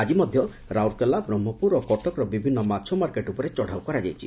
ଆକି ମଧ୍ଧ ରାଉରକେଲା ବ୍ରହ୍କପୁର ଓ କଟକର ବିଭିନୁ ମାଛ ମାର୍କେଟ୍ ଉପରେ ଚଢ଼ାଉ କରାଯାଇଛି